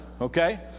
Okay